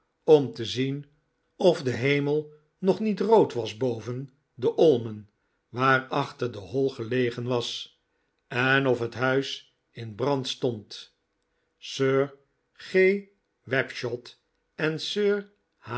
om te zien of de hemel nog niet rood was boven de olmen waarachter de hall gelegen was en of het huis in brand stond sir g wapshot en